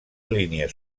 línies